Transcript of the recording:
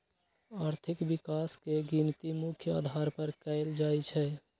आर्थिक विकास के गिनती मुख्य अधार पर कएल जाइ छइ